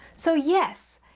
so, yes,